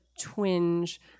twinge